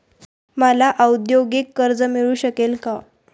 मला औद्योगिक कर्ज मिळू शकेल का?